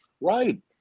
Right